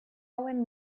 hauen